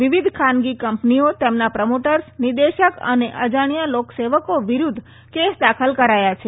વિવિધ ખાનગી કંપનીઓ તેમના પ્રમોટર્સ નિદેશક અને અજાણ્યા લોક સેવકો વિરુદ્ધ કેસ દાખલ કરાયા છે